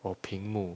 or 屏幕